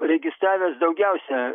registravęs daugiausia